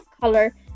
color